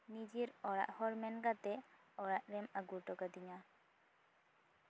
ᱱᱤᱡᱮᱨ ᱚᱲᱟᱜ ᱦᱚᱲ ᱢᱮᱱ ᱠᱟᱛᱮᱜ ᱚᱲᱟᱜ ᱛᱮᱢ ᱟᱹᱜᱩ ᱦᱚᱴᱚ ᱠᱟᱹᱫᱤᱧᱟ